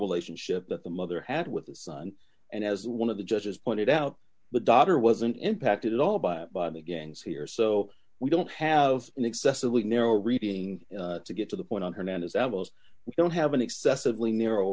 relationship that the mother had with the son and as one of the judges pointed out but daughter wasn't impacted at all by the gangs here so we don't have an excessively narrow reading to get to the point on hernandez that was don't have an excessively narrow